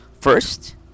First